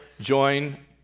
join